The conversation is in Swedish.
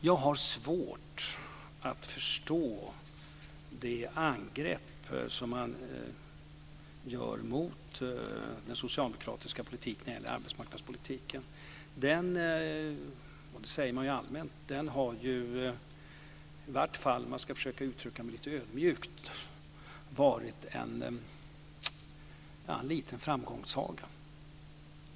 Jag har svårt att förstå de angrepp som man gör mot den socialdemokratiska arbetsmarknadspolitiken. Den har ju - det säger man ju allmänt - i varje fall, om jag ska försöka uttrycka mig lite ödmjukt, varit en liten framgångssaga.